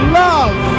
love